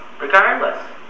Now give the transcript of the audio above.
regardless